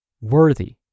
worthy